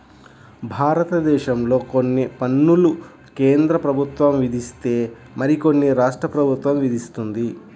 భారతదేశంలో కొన్ని పన్నులు కేంద్ర ప్రభుత్వం విధిస్తే మరికొన్ని రాష్ట్ర ప్రభుత్వం విధిస్తుంది